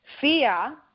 fear